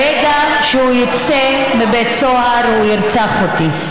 ברגע שהוא יצא מבית הסוהר הוא ירצח אותי.